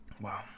Wow